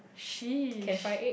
she's